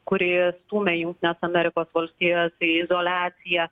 kuri stūmė jungtines amerikos valstijas į izoliaciją